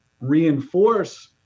reinforce